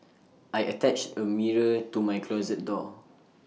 I attached A mirror to my closet door